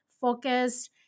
focused